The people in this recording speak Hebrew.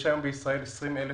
יש היום בישראל 20,000